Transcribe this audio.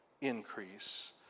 increase